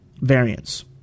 variants